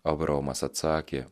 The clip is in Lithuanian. abraomas atsakė